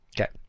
Okay